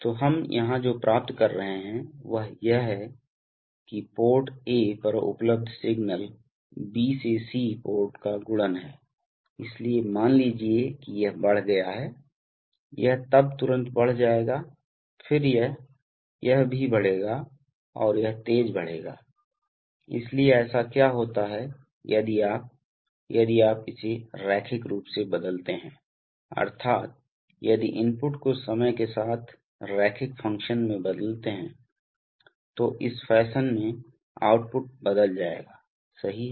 तो हम यहां जो प्राप्त कर रहे हैं वह यह है कि पोर्ट A पर उपलब्ध सिग्नल B से C पोर्ट का गुणन है इसलिए मान लीजिए कि यह बढ़ गया है यह तब तुरंत बढ़ जाएगा फिर यह यह भी बढ़ेगा और यह तेज बढ़ेगा इसलिए ऐसा क्या होता है यदि आप यदि आप इसे रैखिक रूप से बदलते हैं अर्थात यदि इनपुट को समय के साथ रैखिक फैशन में बदलते है तो इस फैशन में आउटपुट बदल जाएगा सही है